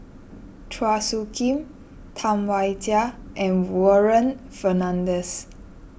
Chua Soo Khim Tam Wai Jia and Warren Fernandez